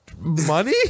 Money